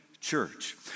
church